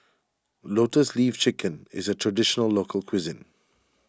Lotus Leaf Chicken is a Traditional Local Cuisine